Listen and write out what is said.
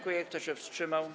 Kto się wstrzymał?